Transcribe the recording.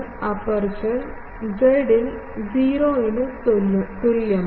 aperture z ൽ 0 തലം തുല്യമാണ്